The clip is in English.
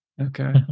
okay